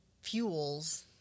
fuels